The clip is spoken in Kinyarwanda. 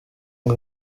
ngo